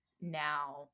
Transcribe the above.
now